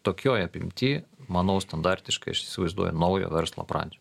tokioj apimty manau standartiškai aš įsivaizduoju naujo verslo pradžią